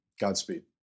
Godspeed